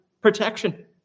protection